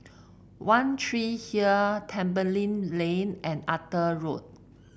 One Tree Hill Tembeling Lane and Arthur Road